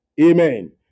Amen